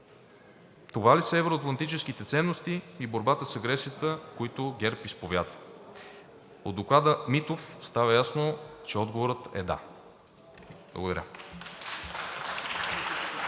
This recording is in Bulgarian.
Това ли са евро-атлантическите ценности и борбата с агресията, които ГЕРБ изповядва? От Доклада „Митов“ става ясно, че отговорът е да. Благодаря.